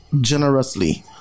generously